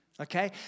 Okay